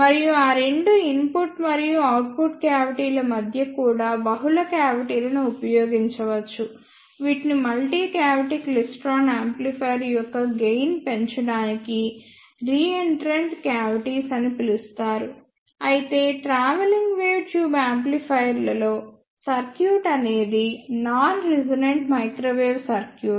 మరియు ఆ రెండు ఇన్పుట్ మరియు అవుట్పుట్ క్యావిటీల మధ్య కూడా బహుళ క్యావిటీలను ఉపయోగించవచ్చు వీటిని మల్టీ క్యావిటీ క్లైస్ట్రాన్ యాంప్లిఫైయర్ యొక్క గెయిన్ పెంచడానికి రీఎంట్రన్ట్ క్యావిటీస్ అని పిలుస్తారు అయితే ట్రావెలింగ్ వేవ్ ట్యూబ్ యాంప్లిఫైయర్లో సర్క్యూట్ అనేది నాన్ రెసోనెంట్ మైక్రోవేవ్ సర్క్యూట్